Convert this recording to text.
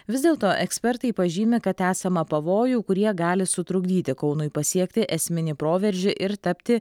vis dėlto ekspertai pažymi kad esama pavojų kurie gali sutrukdyti kaunui pasiekti esminį proveržį ir tapti